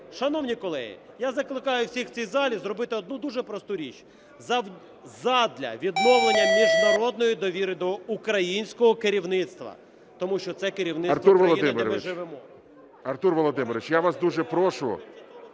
шановні колеги, я закликаю всіх в цій залі зробити одну дуже просту річ задля відновлення міжнародної довіри до українського керівництва, тому що це керівництво країни, де ми живемо…